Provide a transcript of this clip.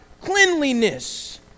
cleanliness